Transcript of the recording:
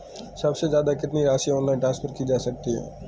सबसे ज़्यादा कितनी राशि ऑनलाइन ट्रांसफर की जा सकती है?